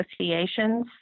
associations